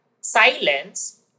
silence